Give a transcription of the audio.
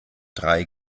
drei